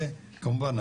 וכמובן,